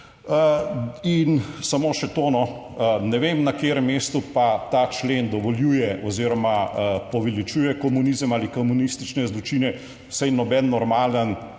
In samo še to, no, ne vem, na katerem mestu pa ta člen dovoljuje oziroma poveličuje komunizem ali komunistične zločine, Saj noben normalen